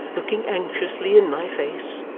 looking anxiously in my face,